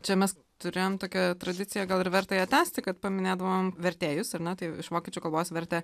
čia mes turėjom tokią jau tradiciją gal ir verta ją tęsti kad paminėdavom vertėjus ar ne tai iš vokiečių kalbos vertė